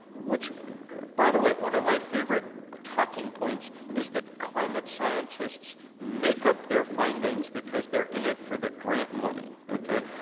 which, by the way, one of my favorite talking points is that climate scientists make up their findings because they're in it for the grant money, okay.